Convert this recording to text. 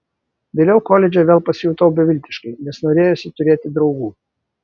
vėliau koledže vėl pasijutau beviltiškai nes norėjosi turėti draugų